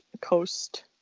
Coast